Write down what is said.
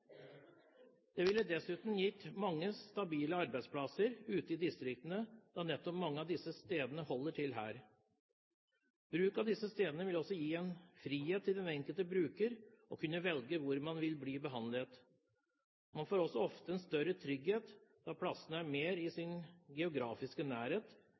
Det ville dessuten gitt mange stabile arbeidsplasser ute i distriktene, da nettopp mange av dem holder til her. Bruk av disse stedene vil også gi den enkelte bruker frihet til å kunne velge hvor man vil bli behandlet. Man får også ofte større trygghet, da plassene er